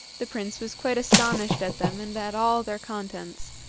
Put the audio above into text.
the prince was quite astonished at them and at all their contents,